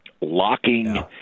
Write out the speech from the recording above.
locking